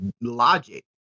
logic